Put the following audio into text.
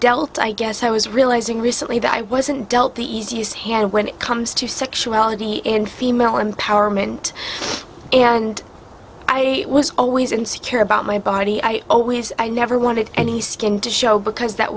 dealt i guess i was realizing recently that i wasn't dealt the easy use hand when it comes to sexuality and female empowerment and i was always insecure about my body i always i never wanted any skin to show because that